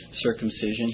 circumcision